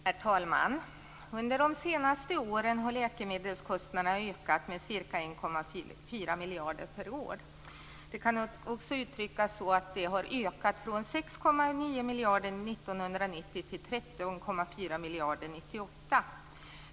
Herr talman! Under de senaste åren har läkemedelskostnaderna ökat med ca 1,4 miljarder per år. Det kan också uttryckas så att de har ökat från 6,9 miljarder 1990 till 13,4 miljarder 1998.